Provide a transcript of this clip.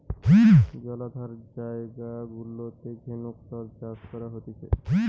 জলাধার জায়গা গুলাতে ঝিনুক সব চাষ করা হতিছে